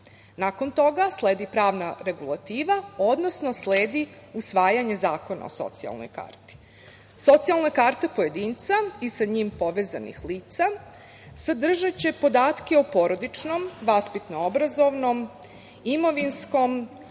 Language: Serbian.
Nakon toga sledi pravna regulativa, odnosno sledi usvajanje zakona o socijalnoj karti. Socijalna karta pojedinca i sa njim povezanih lica sadržaće podatke o porodičnom, vaspitno-obrazovnom, imovinskom,